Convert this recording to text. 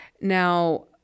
Now